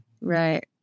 Right